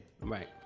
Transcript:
Right